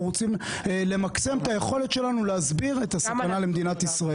רוצים למקסם את היכולת שלנו להסביר את הסכנה למדינת ישראל.